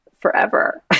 forever